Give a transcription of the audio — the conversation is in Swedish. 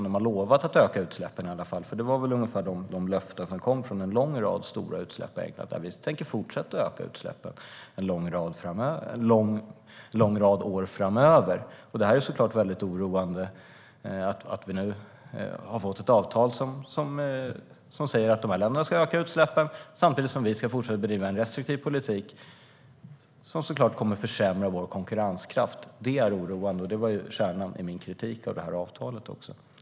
Det var väl ungefär de löftena som kom från en lång rad länder, att de tänker fortsätta öka utsläppen under flera år framöver. Det är såklart oroande att vi nu har fått ett avtal som säger att de länderna ska öka utsläppen samtidigt som vi ska fortsätta bedriva en restriktiv politik, som såklart kommer att försämra vår konkurrenskraft. Det är oroande. Det var kärnan i min kritik av avtalet.